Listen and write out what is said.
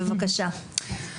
בבקשה.